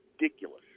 ridiculous